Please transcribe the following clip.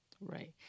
Right